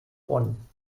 bonn